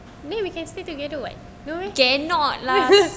then we can stay together [what] no meh